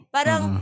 Parang